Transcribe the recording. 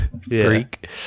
freak